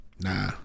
Nah